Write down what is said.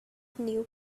knew